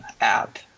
app